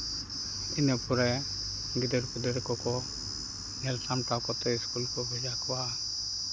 ᱤᱱᱟᱹᱯᱚᱨᱮ ᱜᱤᱫᱽᱨᱟᱹ ᱯᱤᱫᱽᱨᱟᱹ ᱠᱚᱠᱚ ᱧᱮᱞ ᱥᱟᱢᱴᱟᱣ ᱠᱚᱛᱮ ᱥᱠᱩᱞ ᱠᱚ ᱵᱷᱮᱡᱟ ᱠᱚᱣᱟ